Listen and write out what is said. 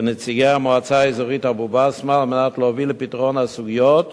ונציגי המועצה האזורית אבו-בסמה על מנת להוביל לפתרון הסוגיות